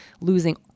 losing